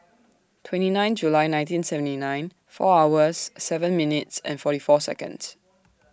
twenty nine July nineteen seventy nine four hours seven minutes and forty four Seconds